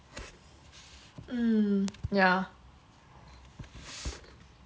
mm yeah